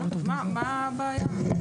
מה הבעיה?